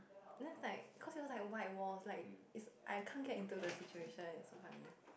then it's like cause it was like white walls like it's I cannot get into the situation it's so funny